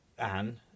Anne